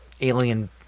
alien